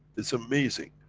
it's amazing.